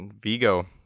Vigo